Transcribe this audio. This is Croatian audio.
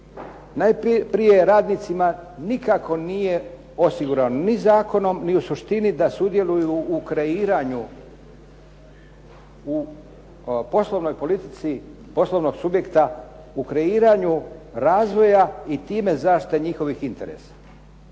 Najprije, radnicima nikako nije osigurano ni zakonom ni u suštini da sudjeluju u kreiranju, u poslovnoj politici poslovnog subjekta, u kreiranju razvoja i time zaštita njihovih interesa.